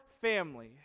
family